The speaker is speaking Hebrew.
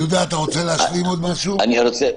יהודה, תשלים בבקשה.